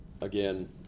again